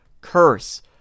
curse